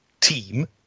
team